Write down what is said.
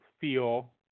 feel